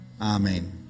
Amen